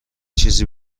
چیزی